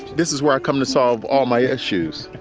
this is where i come to solve all my issues.